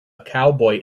cowboy